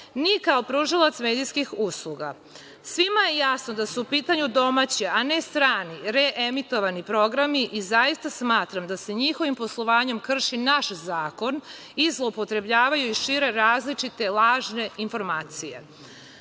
ni kao pružalac medijskih usluga. Svima je jasno da su u pitanju domaće, a ne strani reemitovani programi i zaista smatram da se njihovim poslovanjem krši naš zakon i zloupotrebljavaju i šire različite lažne informacije. Smatram